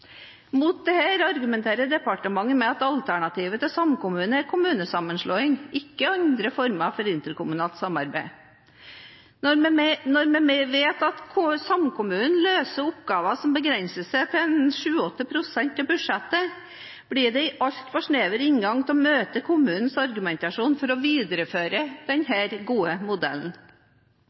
Mot dette argumenterer departementet med at alternativet til samkommune er kommunesammenslåing, ikke andre former for interkommunalt samarbeid. Når vi vet at samkommunene løser oppgaver som begrenser seg til 7–8 pst. av budsjettet, blir dette en altfor snever inngang til å møte kommunenes argumentasjon for å videreføre denne gode modellen.